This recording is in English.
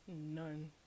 none